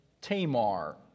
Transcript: Tamar